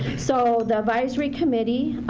so the advisory committee,